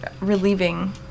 relieving